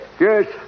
Yes